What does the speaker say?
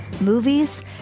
movies